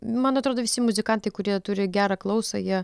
man atrodo visi muzikantai kurie turi gerą klausą jie